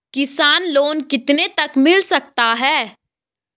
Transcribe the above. किसान लोंन कितने तक मिल सकता है?